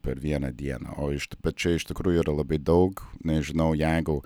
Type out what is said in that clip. per vieną dieną o iš bet čia iš tikrųjų yra labai daug nežinau jeigu